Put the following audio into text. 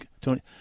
Tony